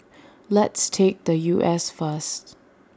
let's take the U S first